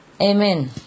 Amen